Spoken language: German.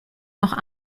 noch